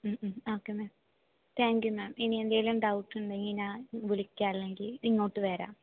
ഉം ഉം okay ma'am thank you ma'am ഇനിയെന്തേലും ഡൗട്ട് ഉണ്ടെങ്കിൽ ഞാൻ വിളിക്കാം അല്ലെങ്കിൽ ഇങ്ങോട്ടു വരാം